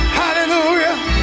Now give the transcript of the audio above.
hallelujah